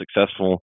successful